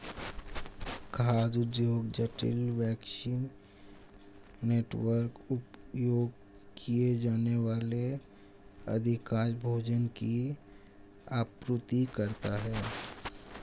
खाद्य उद्योग जटिल, वैश्विक नेटवर्क, उपभोग किए जाने वाले अधिकांश भोजन की आपूर्ति करता है